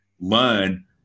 learn